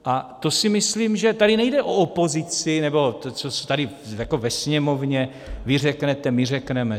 A to si myslím, že tady nejde o opozici nebo o to, co si tady jako ve Sněmovně vy řeknete, my řekneme.